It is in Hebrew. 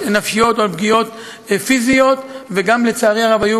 נפשיות או בפגיעות פיזיות ולצערי הרב,